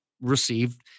received